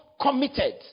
committed